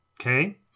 Okay